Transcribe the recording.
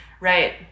Right